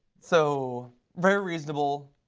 so very reasonable,